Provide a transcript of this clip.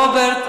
רוברט,